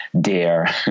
dare